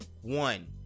one